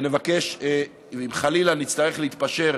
ואם חלילה נצטרך להתפשר,